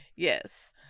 Yes